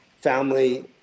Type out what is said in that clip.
family